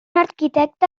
arquitecte